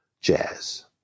jazz